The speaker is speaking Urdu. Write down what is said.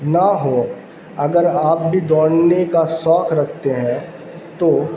نہ ہو اگر آپ بھی دوڑنے کا شوق رکھتے ہیں تو